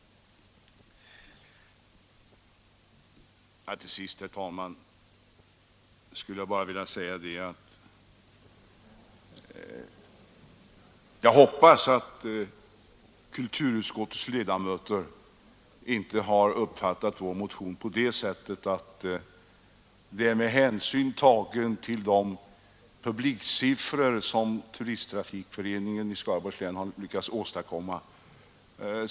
Till sist, herr talman, hoppas jag att kulturutskottets ledamöter inte har uppfattat vår motion på det sättet att huvudorsaken till densamma varit de publiksiffror som Turisttrafikföreningen i Skaraborgs län nu lyckats åstadkomma.